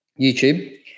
YouTube